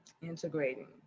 Integrating